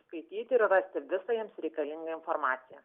skaityti ir rasti visą jiems reikalingą informaciją